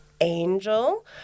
Angel